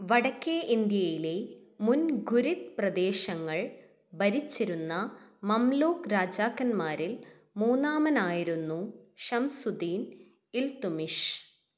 വടക്കേ ഇന്ത്യയിലെ മുൻ ഘുരിദ് പ്രദേശങ്ങൾ ഭരിച്ചിരുന്ന മംലൂക്ക് രാജാക്കന്മാരിൽ മൂന്നാമനായിരുന്നു ഷംസുദ്ദീൻ ഇൽതുമിഷ്